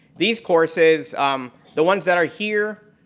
these courses um the ones that are here